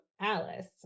Alice